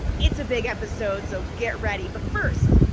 it's a big episode, so get ready, but first,